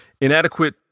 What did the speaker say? Inadequate